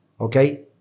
okay